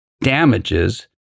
damages